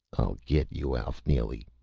i'll get you, alf neely!